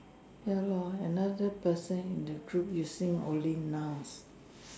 ya lor another person in the group using only nouns